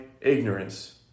ignorance